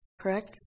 Correct